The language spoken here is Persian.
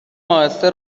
اهسته